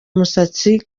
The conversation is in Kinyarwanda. umusatsi